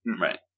Right